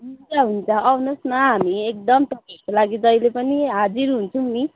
हुन्छ हुन्छ आउनुहोस् न हामी एकदम तपाईँहरूको लागि जहिले पनि हाजिर हुन्छौँ नि